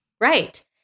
Right